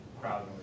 crowd